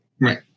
Right